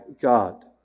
God